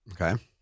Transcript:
Okay